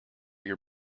your